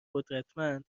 قدرتمند